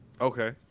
Okay